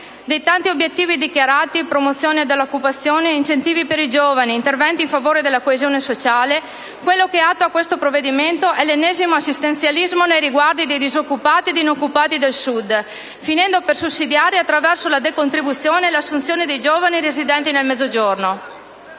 Dei tanti obiettivi dichiarati (promozione dell'occupazione, incentivi per i giovani, interventi in favore della coesione sociale, eccetera), quello che attua questo provvedimento è l'ennesimo assistenzialismo nei riguardi dei disoccupati ed inoccupati del Sud, finendo per sussidiare attraverso la decontribuzione l'assunzione di giovani residenti nel Mezzogiorno.